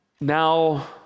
Now